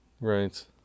Right